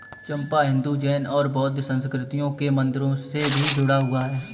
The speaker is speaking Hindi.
चंपा हिंदू, जैन और बौद्ध संस्कृतियों के मंदिरों से भी जुड़ा हुआ है